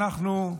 אבל אנחנו,